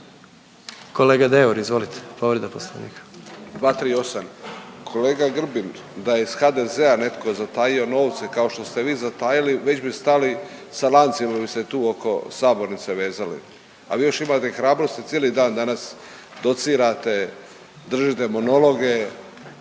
Kolega Deur, izvolite, povreda Poslovnika. **Deur, Ante (HDZ)** 238. Kolega Grbin, da je iz HDZ-a netko zatajio novce kao što ste vi zatajili, već bi stali sa lancima bi se tu oko sabornice vezali, a vi još imate hrabrosti cijeli dan danas docirate, držite monologe,